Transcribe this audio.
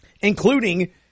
including